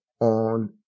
on